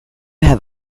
have